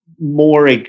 More